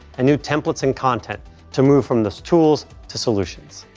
a new templates and content to move from the tools to solutions.